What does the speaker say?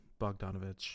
Bogdanovich